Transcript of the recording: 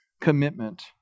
commitment